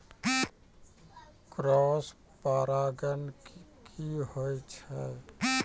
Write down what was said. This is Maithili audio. क्रॉस परागण की होय छै?